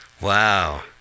Wow